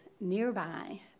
nearby